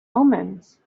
omens